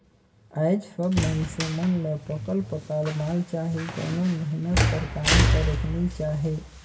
आएज सब मइनसे मन ल पकल पकाल माल चाही कोनो मेहनत कर काम करेक नी चाहे